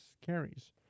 carries